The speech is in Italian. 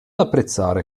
apprezzare